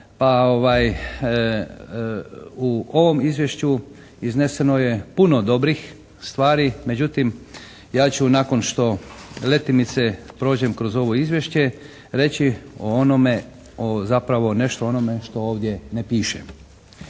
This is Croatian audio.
ovaj u ovom izvješću izneseno je puno dobrih stvari. Međutim, ja ću nakon što letimice prođem kroz ovo izvješće reći o onome, zapravo nešto o onome što ovdje ne piše.